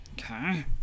Okay